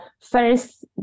first